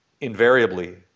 Invariably